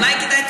אולי כדאי,